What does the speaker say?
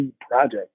project